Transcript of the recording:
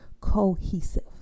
cohesive